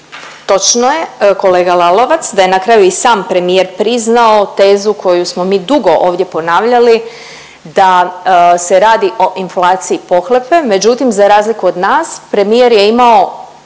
Točno je kolega Lalovac da je na kraju i sam premijer priznao tezu koju smo mi dugo ovdje ponavljali da se radi o inflaciji pohlepe međutim za razliku od nas premijer je imao